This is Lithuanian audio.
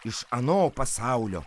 iš ano pasaulio